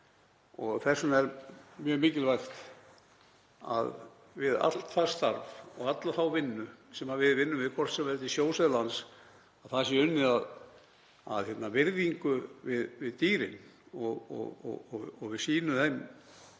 og þess vegna er mjög mikilvægt að við allt það starf og alla þá vinnu sem við vinnum við, hvort sem það er til sjós eða lands, sé unnið af virðingu við dýrin og við sýnum þeim